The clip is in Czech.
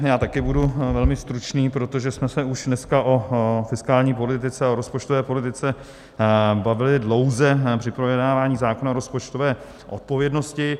Já taky budu velmi stručný, protože jsme se už dneska o fiskální politice a o rozpočtové politice bavili dlouze při projednávání zákona o rozpočtové odpovědnosti.